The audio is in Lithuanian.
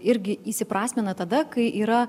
irgi įsiprasmina tada kai yra